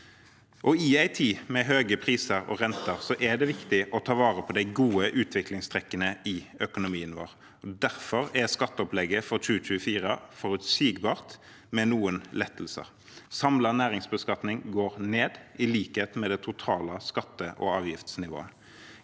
I en tid med høye priser og renter er det viktig å ta vare på de gode utviklingstrekkene i økonomien vår. Derfor er skatteopplegget for 2024 forutsigbart, med noen lettelser. Samlet næringsbeskatning går ned, i likhet med det totale skatte- og avgiftsnivået.